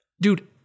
dude